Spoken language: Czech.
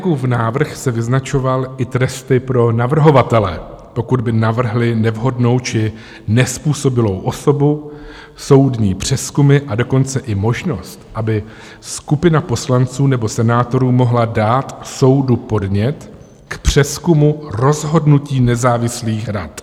Smoljakův návrh se vyznačoval i tresty pro navrhovatele, pokud by navrhli nevhodnou či nezpůsobilou osobu, soudní přezkumy, a dokonce i možnost, aby skupina poslanců nebo senátorů mohla dát soudu podnět k přezkumu rozhodnutí nezávislých rad.